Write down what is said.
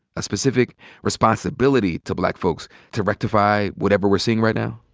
a specific responsibility to black folks to rectify whatever we're seeing right now?